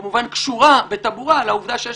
שהיא כמובן קשורה בטבורה לעובדה שיש